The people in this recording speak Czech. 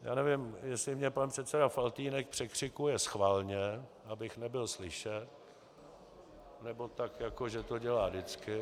Já nevím, jestli mě pan předseda Faltýnek překřikuje schválně, abych nebyl slyšet, nebo tak jako že to dělá vždycky.